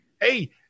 hey